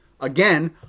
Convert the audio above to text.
again